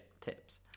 tips